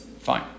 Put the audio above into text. Fine